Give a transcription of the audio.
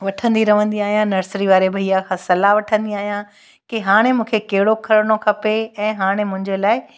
वठंदी रहंदी आहियां नर्सरी वारे भईया खां सलाह वठंदी आहियां के हाणे मूंखे कहिड़ो खणिणो खपे ऐं हाणे मुंहिंजे लाइ